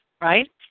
right